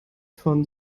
von